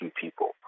people